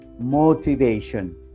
motivation